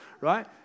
right